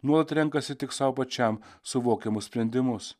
nuolat renkasi tik sau pačiam suvokiamus sprendimus